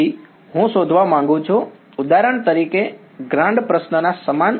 તેથી હું શોધવા માંગુ છું ઉદાહરણ તરીકે ગ્રાન્ડ પ્રશ્નના સમાન ZAd